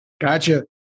Gotcha